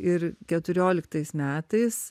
ir keturioliktais metais